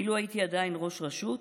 אילו הייתי עדיין ראש רשות,